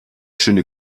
schöne